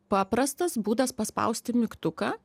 paprastas būdas paspausti mygtuką